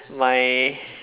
my